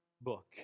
book